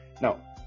Now